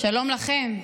שלום לכם,